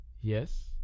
yes